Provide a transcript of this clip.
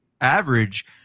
average